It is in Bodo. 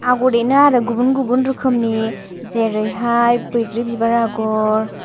आगर एरो आरो गुबुन गुबुन रोखोमनि जेरैहाय बैग्रि बिबार आगर